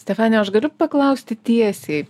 stefanija aš galiu paklausti tiesiai